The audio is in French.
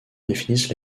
définissent